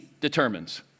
determines